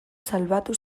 salbatu